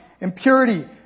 impurity